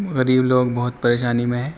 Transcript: غریب لوگ بہت پریشانی میں ہیں